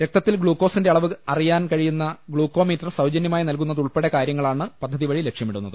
രക്തത്തിൽ ഗ്ലൂക്കോസിന്റെ അളവ് അറിയാൻ കഴിയുന്ന ഗ്ലൂക്കോമീറ്റർ സൌജന്യമായി നൽകുന്നതുൾപ്പെടെ കാര്യ ങ്ങളാണ് പദ്ധതിവഴി ലക്ഷ്യമിടുന്നത്